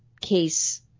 case